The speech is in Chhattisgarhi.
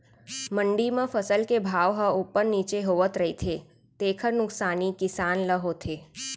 मंडी म फसल के भाव ह उप्पर नीचे होवत रहिथे तेखर नुकसानी किसान ल होथे